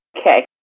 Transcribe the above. Okay